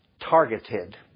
targeted